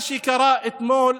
מה שקרה אתמול,